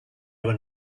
were